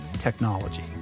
technology